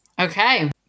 Okay